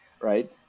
right